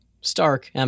Stark